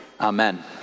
amen